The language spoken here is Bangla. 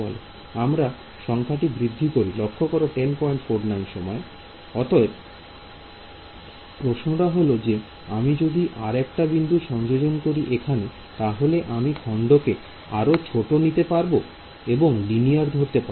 আমরা সংখ্যাটি বৃদ্ধি করি অতএব প্রশ্নটা হল যে আমি যদি আরেকটি বিন্দুর সংযোজন করি এখানে তাহলে আমি খন্ডকে আরো ছোট নিতে পারব এবং লিনিয়ার ধরতে পারবো